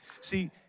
See